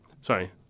Sorry